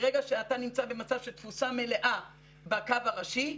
ברגע שאתה נמצא במצב של תפוסה מלאה בקו הראשי,